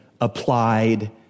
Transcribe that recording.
applied